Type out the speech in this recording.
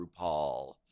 RuPaul